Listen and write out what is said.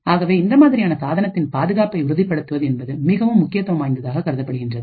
ஆகவே இந்த மாதிரியான சாதனத்தின் பாதுகாப்பை உறுதிப்படுத்துவது என்பது மிகவும் முக்கியத்துவம் வாய்ந்ததாக கருதப்படுகின்றது